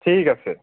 থিক আছে